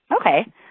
Okay